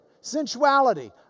sensuality